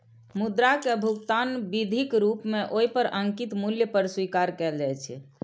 मुद्रा कें भुगतान विधिक रूप मे ओइ पर अंकित मूल्य पर स्वीकार कैल जाइ छै